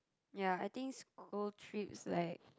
ya I think school trips like